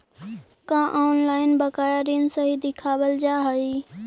का ऑनलाइन बकाया ऋण सही दिखावाल जा हई